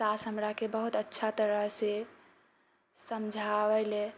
सास हमराके बहुत अच्छा तरहसँ समझावल है